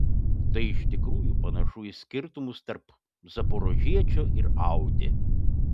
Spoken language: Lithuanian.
tai iš tikrųjų panašu į skirtumus tarp zaporožiečio ir audi